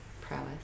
prowess